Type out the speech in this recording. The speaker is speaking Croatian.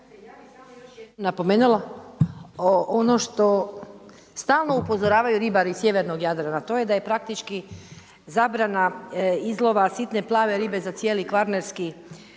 nije uključena./… stalno upozoravaju ribari sjevernog Jadrana, to je je praktički zabrana izlova sitne plave ribe za cijeli Kvarner i